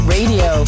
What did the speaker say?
Radio